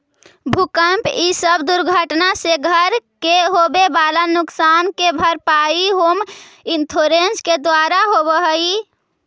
भूकंप इ सब दुर्घटना से घर के होवे वाला नुकसान के भरपाई होम इंश्योरेंस के द्वारा होवऽ हई